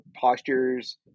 postures